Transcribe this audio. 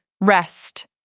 rest